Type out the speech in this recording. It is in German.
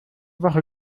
woche